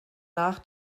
nach